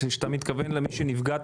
אתה מתכוון למי שנפגע,